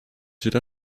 wieder